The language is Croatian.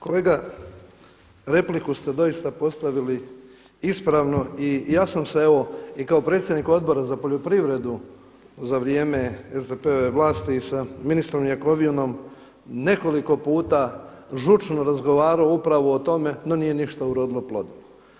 Kolega, repliku ste doista postavili ispravno i ja sam se evo i kao predsjednik Odbora za poljoprivredu za vrijeme SDP-ove vlasti i sa ministrom Jakovinom nekoliko puta žučno razgovarao upravo o tome, no nije ništa urodilo plodom.